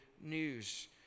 news